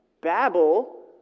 Babel